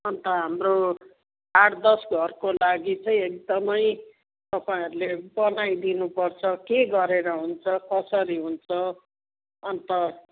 अन्त हाम्रो आठ दस घरको लागि चाहिँ एकदमै तपाईँहरूले बनाइदिनुपर्छ के गरेर हुन्छ कसरी हुन्छ अन्त